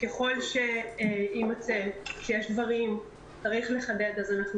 ככל שיימצא שיש דברים שצריך לחדד אז אנחנו